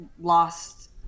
lost